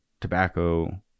tobacco